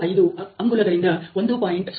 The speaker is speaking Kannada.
95 ಅಂಗುಲಗಳಿಂದ 1